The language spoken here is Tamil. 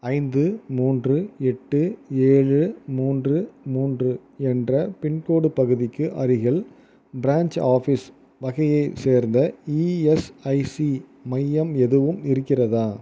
ஐந்து மூன்று எட்டு ஏழு மூன்று மூன்று என்ற பின்கோடு பகுதிக்கு அருகில் பிரான்ச் ஆஃபீஸ் வகையைச் சேர்ந்த இஎஸ்ஐசி மையம் எதுவும் இருக்கிறதா